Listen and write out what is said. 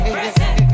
Present